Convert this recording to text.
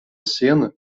cena